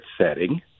setting